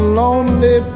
lonely